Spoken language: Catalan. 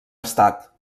estat